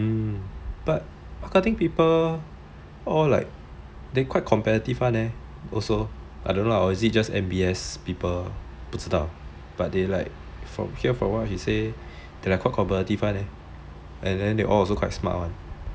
but marketing people all like they quite competitive [one] leh also I don't know lah or is it just M_B_S people 不知道 but they like here from what she say they like quite competitive [one] leh and then they also quite smart [one]